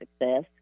success